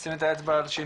לשים את האצבע על שינוי.